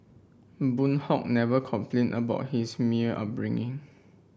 Boon Hock never complained about his upbringing